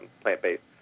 plant-based